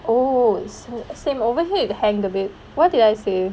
oh same over here it hanged a bit what did I say